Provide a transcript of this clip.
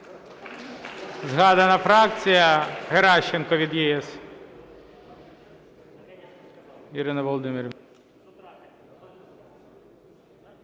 Згадана фракція, Геращенко від "ЄС".